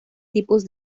tipos